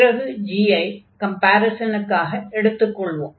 பிறகு g ஐ கம்பேரிஸனுக்காக எடுத்துக் கொள்வோம்